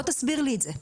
תסביר לי את זה.